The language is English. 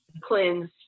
cleanse